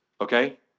okay